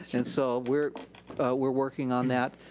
and so we're we're working on that.